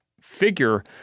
figure